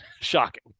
Shocking